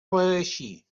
reeixir